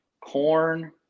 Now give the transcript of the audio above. corn